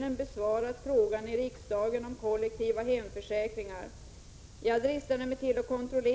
inom vissa ramar.